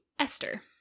esther